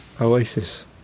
Oasis